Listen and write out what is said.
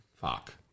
Fuck